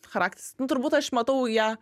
charakteris na turbūt aš matau ją